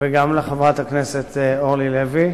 לחברת הכנסת אורלי לוי